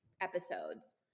episodes